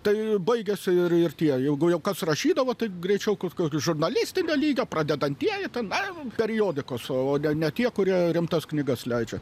tai baigėsi ir ir tie jeigu jau kas rašydavo tai greičiau kažkokio žurnalistinio lygio pradedantieji ten ai periodikos o ne tie kurie rimtas knygas leidžia